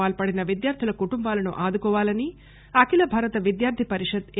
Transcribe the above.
పాల్పడిన విద్యార్థుల కుటుంబాలను ఆదుకోవాలని అఖిల భారత విద్యార్థి పరిషత్ ఎ